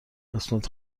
قسمت